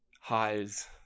highs